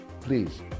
please